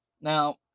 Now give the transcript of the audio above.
Now